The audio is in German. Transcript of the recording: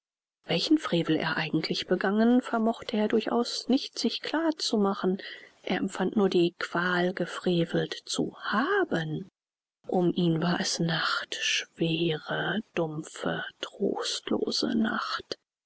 welchen frevel er eigentlich begangen vermochte er durchaus nicht sich klar zu machen er empfand nur die qual gefrevelt zu haben um ihn war es nacht schwere dumpfe trostlose nacht